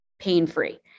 pain-free